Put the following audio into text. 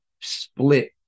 split